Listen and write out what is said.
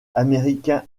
américain